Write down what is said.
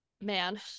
Man